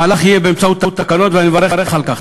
המהלך יהיה באמצעות תקנות, ואני מברך על כך.